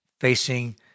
facing